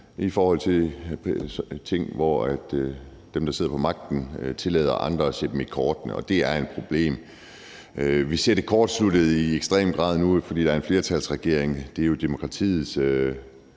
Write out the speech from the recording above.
i forhold til om dem, der sidder på magten, tillader andre at kigge dem i kortene. Det er et problem, og vi ser det kortsluttet i ekstrem grad nu, fordi der er en flertalsregering. Det er jo demokratiets